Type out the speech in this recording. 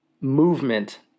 movement